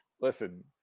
Listen